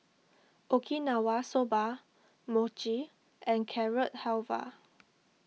Okinawa Soba Mochi and Carrot Halwa